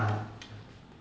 ah